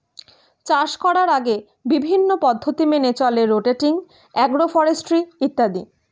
চাষ করার আগে বিভিন্ন পদ্ধতি মেনে চলে রোটেটিং, অ্যাগ্রো ফরেস্ট্রি ইত্যাদি